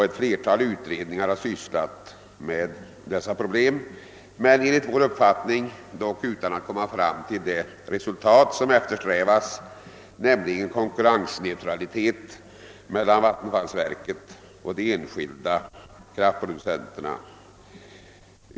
Ett flertal utredningar har också sysslat med dessa problem, enligt vår uppfattning dock utan att nå det resultat som eftersträvas, nämligen konkurrensneutralitet mellan vattenfallsverket och de enskilda kraftproducenterna.